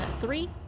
three